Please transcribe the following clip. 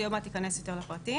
אני עוד מעט אכנס יותר לפרטים.